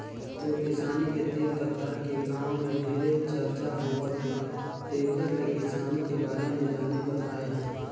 तोर किसानी के तीर तखार के गांव में ढेरे चरचा होवथे तेकर ले किसानी के बारे में जाने बर आये हंव